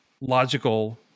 logical